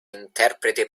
interprete